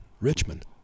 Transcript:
richmond